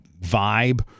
vibe